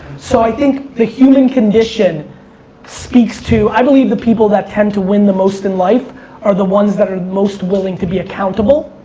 so i think the human condition speaks to, i believe the people that tend to win the most in life are the ones that are the most willing to be accountable.